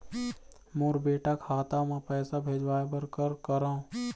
मोर बेटा खाता मा पैसा भेजवाए बर कर करों?